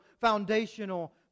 foundational